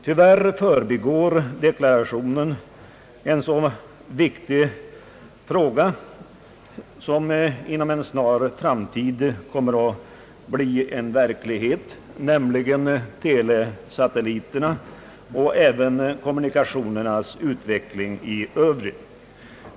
Tyvärr förbigår deklarationen en viktig fråga som inom en snar framtid kommer att bli verklighet, nämligen telesatelliterna, och även kommunikationernas utveckling i övrigt.